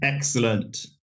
Excellent